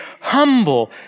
humble